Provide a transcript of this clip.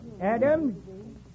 Adam